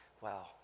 Wow